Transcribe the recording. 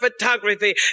photography